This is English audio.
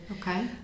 okay